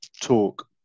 talk